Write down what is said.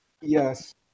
Yes